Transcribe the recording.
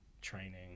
training